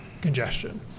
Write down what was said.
congestion